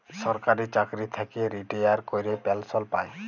সরকারি চাকরি থ্যাইকে রিটায়ার ক্যইরে পেলসল পায়